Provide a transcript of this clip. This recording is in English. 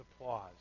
applause